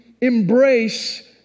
embrace